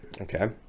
Okay